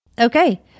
Okay